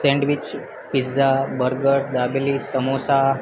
sandwich pizza burger dabeli samosa